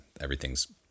everything's